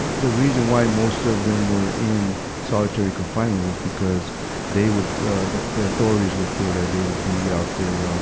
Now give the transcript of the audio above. the the reason why most of them were in solitary confinement was because they would, ah, the, the authorities would feel that they would be out there,